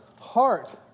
heart